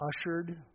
ushered